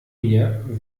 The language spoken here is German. mir